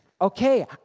okay